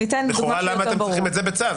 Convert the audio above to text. לכאורה למה אתם צריכים את זה בצו?